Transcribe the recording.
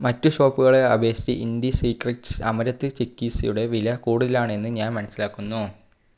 മറ്റ് ഷോപ്പുകളെ അപേക്ഷിച്ച് ഇൻഡി സീക്രെറ്റ്സ് അമരന്ത് ചിക്കിസിയുടെ വില കൂടുതലാണെന്ന് ഞാൻ മനസ്സിലാക്കുന്നു